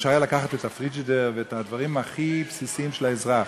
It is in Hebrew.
אפשר היה לקחת את הפריג'ידר ואת הדברים הכי בסיסיים של האזרח.